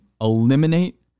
eliminate